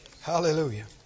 Hallelujah